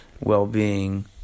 well-being